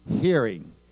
hearing